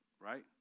right